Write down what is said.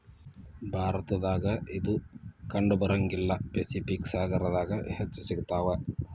ಭಾರತದಾಗ ಇದು ಕಂಡಬರಂಗಿಲ್ಲಾ ಪೆಸಿಫಿಕ್ ಸಾಗರದಾಗ ಹೆಚ್ಚ ಸಿಗತಾವ